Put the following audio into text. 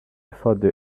thought